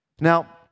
Now